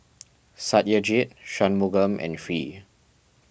Satyajit Shunmugam and Hri